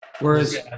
Whereas